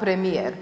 premijer.